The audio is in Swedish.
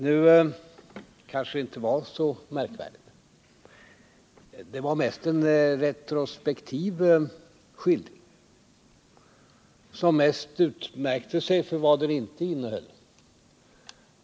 Nu kanske det inte var så märkvärdigt; Det var mest en retrospektiv skildring, som till största delen utmärkte sig för vad den inte innehöll.